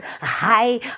high